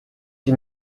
you